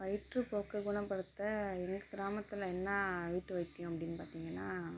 வயிற்றுப்போக்கை குணப்படுத்த எங்கள் கிராமத்தில் என்ன வீட்டு வைத்தியம் அப்படின்னு பார்த்தீங்கன்னா